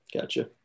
Gotcha